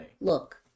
look